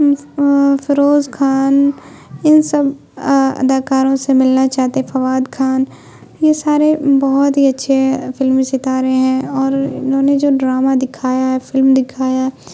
فیروز خان ان سب اداکاروں سے ملنا چاہتے فواد خان یہ سارے بہت ہی اچھے فلمی ستارے ہیں اور انہوں نے جو ڈرامہ دکھایا ہے فلم دکھایا